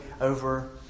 over